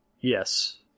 Yes